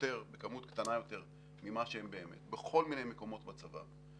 בכמות קטנה יותר ממה שהם באמת בכל מיני מקומות בצבא,